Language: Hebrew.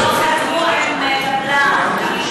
לא חתמו עם קבלן,